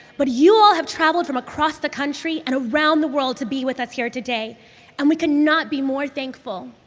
but you all have traveled from across the country and around the world to be with us here today and we cannot be more thankful.